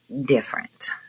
different